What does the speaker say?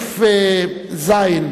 90(ז):